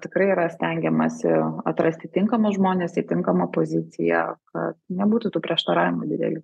tikrai yra stengiamasi atrasti tinkamus žmones į tinkamą poziciją kad nebūtų tų prieštaravimų didelių